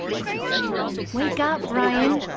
preowned wake up bryan